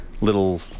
little